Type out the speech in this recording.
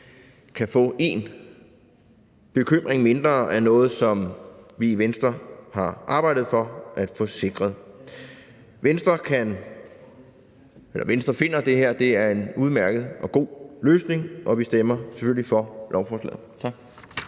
kan få én bekymring mindre, er noget, som vi i Venstre har arbejdet for at få sikret. Venstre finder, at det her er en udmærket og god løsning, og vi stemmer selvfølgelig for lovforslaget.